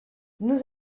nous